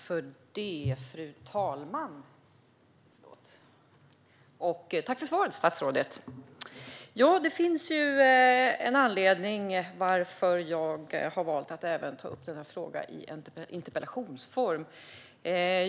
Fru talman! Tack för svaret, statsrådet! Det finns en anledning till att jag har valt att ta upp den här frågan även i interpellationsform.